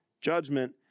Judgment